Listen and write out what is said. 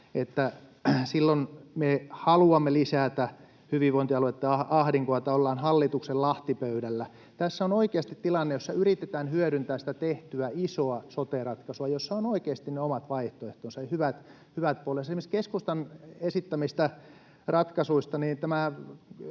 silloin me haluamme lisätä hyvinvointialueitten ahdinkoa ja ollaan hallituksen lahtipöydällä. Tässä on oikeasti tilanne, jossa yritetään hyödyntää sitä tehtyä isoa sote-ratkaisua, jossa on oikeasti ne omat vaihtoehtonsa ja hyvät puolensa. Esimerkiksi keskustan esittämistä ratkaisuista